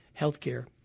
healthcare